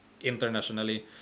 internationally